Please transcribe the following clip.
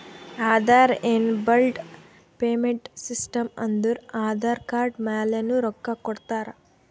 Aadhaar enabled payment system ಅಂದುರ್ Aadhaar card ಮ್ಯಾಲನು ರೊಕ್ಕಾ ಕೊಡ್ತಾರ